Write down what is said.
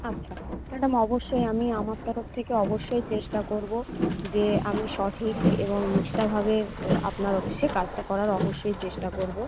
আচ্ছা ম্যাডাম অবশ্যই আমি আমার তরফ থেকে অবশ্যই চেষ্টা করব যে আমি সঠিক এবং নিষ্ঠাভাবে আপনার অফিসে কাজটা করার অবশ্যই চেষ্টা করব